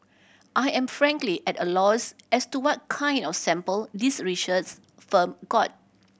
I am frankly at a loss as to what kind of sample this research firm got